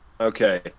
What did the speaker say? Okay